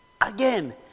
Again